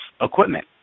equipment